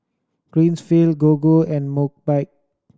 Greenfield Gogo and Mobike